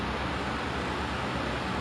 they sound macam pak cik gitu